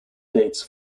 dates